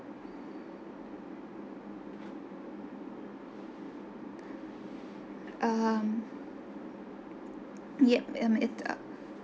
um yeah um it